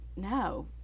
no